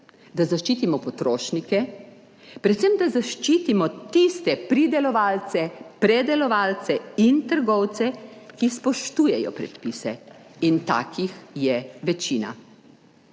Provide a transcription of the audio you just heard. da zaščitimo potrošnike. Predvsem, da zaščitimo tiste pridelovalce, predelovalce in trgovce, ki spoštujejo predpise in takih je večina.